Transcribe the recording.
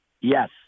Yes